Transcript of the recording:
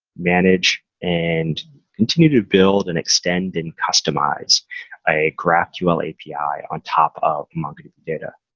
manage, and continue to build and extend and customize a graphql api on top of mongodb data.